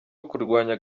ukurwanya